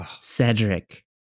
Cedric